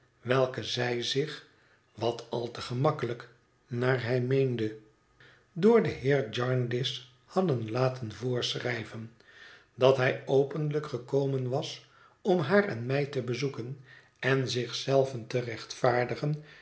welke zij zich wat al te gemakkelijk naar hij meende door den heer jarndyce hadden laten voorschrijven dat hij openlijk gekomen was om haar en mij te bezoeken en zich zelven te rechtvaardigen